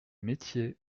metiers